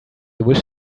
wish